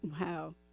Wow